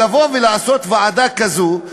לבוא ולעשות ועדה כזאת,